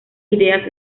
ideas